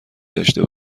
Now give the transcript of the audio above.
داشته